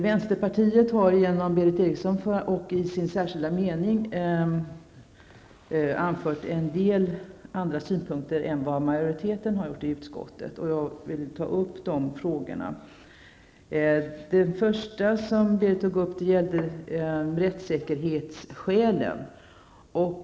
Vänsterpartiet har, som Berith Eriksson har redogjort för, i sin meningsyttring framfört en del andra synpunkter än majoriteten i utskottet, och jag skall beröra dessa. Det första som Berith Eriksson tog upp gällde rättssäkerhetsskälen.